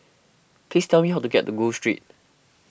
please tell me how to get to Gul Street